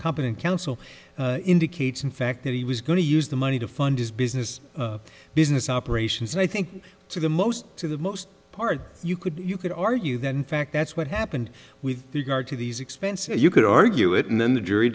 competent counsel indicates in fact that he was going to use the money to fund his business business operations i think to the most to the most part you could you could argue that in fact that's what happened with regard to these expenses you could argue it and then the jury